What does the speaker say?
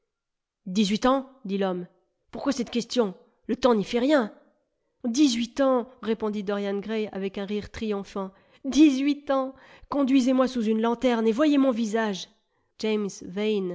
dix-huit ans dit l'homme pourquoi cette question le temps n'y fait rien dix-huit ans répondit dorian gray avec un rire triomphant dix-huit ans gonduisez moi sous une lanterne et voyez mon visage james yane